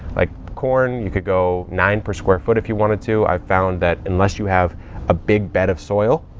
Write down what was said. like corn, you could go nine per square foot if you wanted to. i've found that unless you have a big bed of soil,